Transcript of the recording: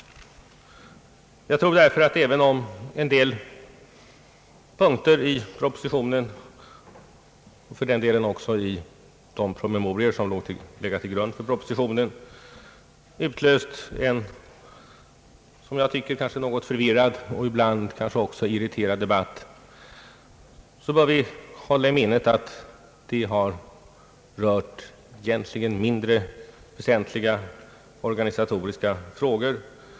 Även om en del punkter i propositionen, och för den delen också i de promemorior som legat till grund för denna, utlöst en något förvirrad och ibland kanske också irriterad debatt, bör vi hålla i minnet att denna har rört mindre väsentliga organisatoriska frågor.